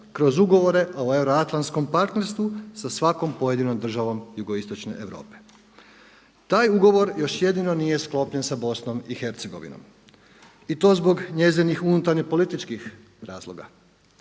kroz euroatlantskom partnerstvu sa svakom pojedinom državom Jugoistočne Europe. Taj ugovor još jedino nije sklopljen sa BiH i to zbog njezinih unutarnjopolitičkih razloga,